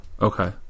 Okay